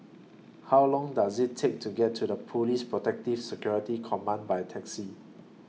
How Long Does IT Take to get to The Police Protective Security Command By Taxi